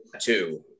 two